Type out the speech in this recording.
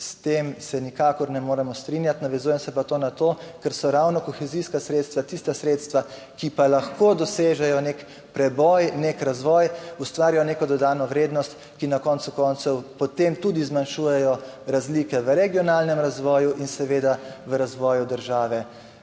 s tem se nikakor ne moremo strinjati. Navezujem se pa to na to, ker so ravno kohezijska sredstva tista sredstva, ki pa lahko dosežejo nek preboj, nek razvoj, ustvarijo neko dodano vrednost, ki na koncu koncev potem tudi zmanjšujejo razlike v regionalnem razvoju in seveda v razvoju države